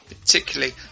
particularly